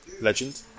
Legend